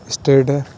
state ہے